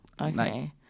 Okay